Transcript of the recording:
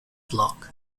block